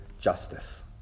justice